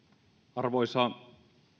arvoisa